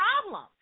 problem